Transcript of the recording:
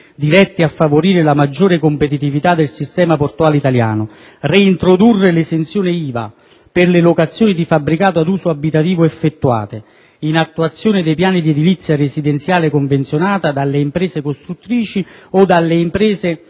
dirette a favorire la maggiore competitività del sistema portuale italiano, reintrodurre l'esenzione IVA per le locazioni di fabbricati ad uso abitativo effettuate in attuazione dei piani di edilizia residenziale convenzionata, dalle imprese costruttrici o dalle imprese